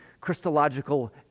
Christological